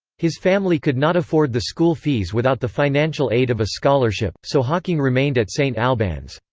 his family could not afford the school fees without the financial aid of a scholarship, so hawking remained at st albans.